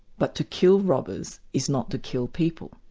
but to kill robbers is not to kill people.